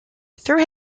through